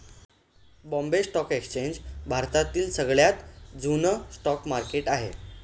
Bombay stock exchange भारतातील सगळ्यात जुन स्टॉक मार्केट आहे